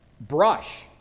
brush